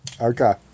Okay